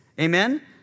amen